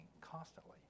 constantly